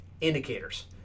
Indicators